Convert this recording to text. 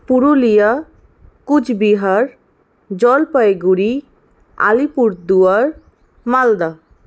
Purulia Cooch Behar Jalpaiguri Alipurduar Malda